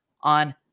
on